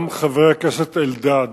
גם חבר הכנסת אלדד,